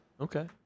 Okay